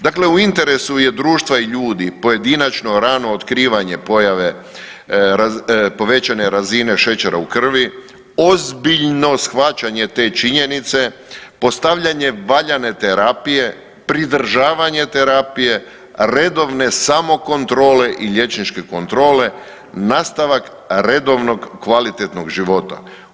Dakle, u interesu je društva i ljudi pojedinačno rano otkrivanje pojave povećane razine šećera u krvi, ozbiljno shvaćanje te činjenice, postavljanje valjane terapije, pridržavanje terapije, redovne samokontrole i liječničke kontrole, nastavak redovnog kvalitetnog života.